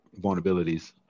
vulnerabilities